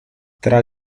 tra